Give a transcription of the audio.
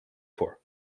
for